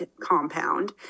compound